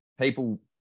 people